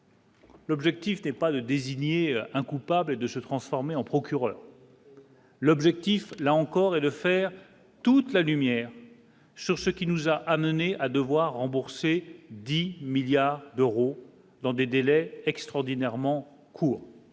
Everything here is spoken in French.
L'objectif n'est pas de désigner un coupable et de se transformer en procureur. L'objectif là encore et de faire toute la lumière sur ce qui nous a amené à devoir rembourser dit milliards d'euros dans des délais extraordinairement court.